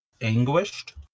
Anguished